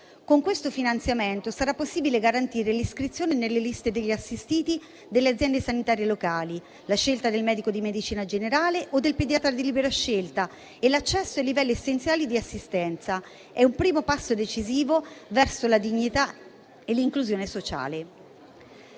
Con questo finanziamento sarà possibile garantire l'iscrizione nelle liste degli assistiti delle aziende sanitarie locali, la scelta del medico di medicina generale o del pediatra di libera scelta e l'accesso ai livelli essenziali di assistenza. È un primo passo decisivo verso la dignità e l'inclusione sociale.